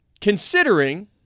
considering